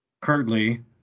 currently